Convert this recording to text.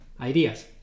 Ideas